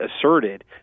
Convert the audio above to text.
asserted